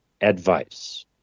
advice